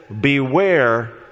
Beware